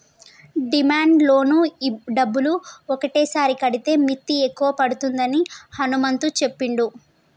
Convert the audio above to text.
demand loan డబ్బులు ఒకటేసారి కడితే మిత్తి ఎక్కువ పడుతుందని హనుమంతు చెప్పిండు